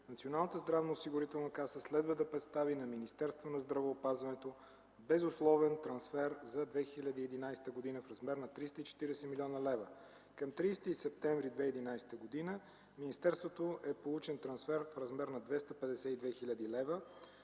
Националната здравноосигурителна каса следва да представи на Министерството на здравеопазването безусловен трансфер за 2011 г. в размер на 340 млн. лв. Към 30 септември 2011 г. в министерството е получен трансфер в размер на 252 хил. лв.